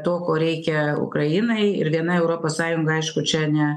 to ko reikia ukrainai ir viena europos sąjunga aišku čia ne